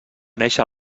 néixer